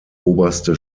oberste